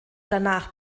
danach